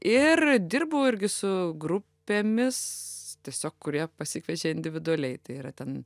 ir dirbu irgi su grupėmis tiesiog kurie pasikviečia individualiai tai yra ten